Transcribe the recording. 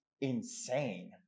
insane